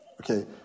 Okay